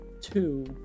two